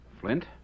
Flint